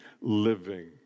living